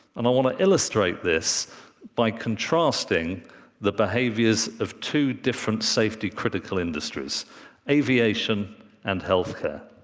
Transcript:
and i want to illustrate this by contrasting the behaviors of two different safety-critical industries aviation and health care.